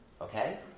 Okay